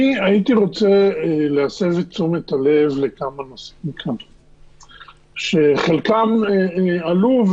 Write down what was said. הייתי רוצה להסב את תשומת הלב לכמה נושאים שחלקם עלו,